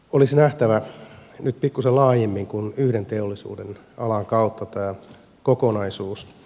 olisi nähtävä nyt pikkuisen laajemmin kuin yhden teollisuudenalan kautta tämä kokonaisuus